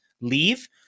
leave